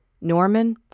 Norman